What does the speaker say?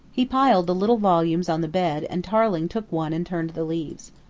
he piled the little volumes on the bed and tarling took one and turned the leaves.